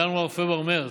ינואר, פברואר ומרץ.